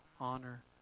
honor